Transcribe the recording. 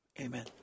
Amen